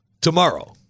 Tomorrow